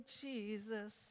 Jesus